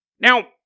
Now